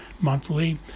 monthly